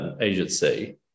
agency